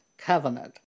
Covenant